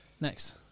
next